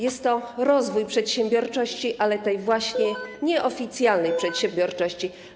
Jest to rozwój przedsiębiorczości, ale tej właśnie nieoficjalnej przedsiębiorczości.